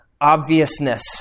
obviousness